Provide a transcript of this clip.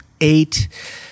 eight